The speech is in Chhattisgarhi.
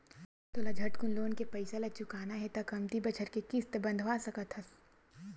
तोला झटकुन लोन के पइसा ल चुकाना हे त कमती बछर के किस्त बंधवा सकस हस